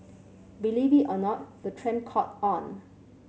believe it or not the trend caught on